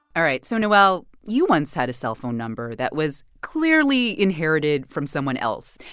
all right. so, noel, you once had a cellphone number that was clearly inherited from someone else,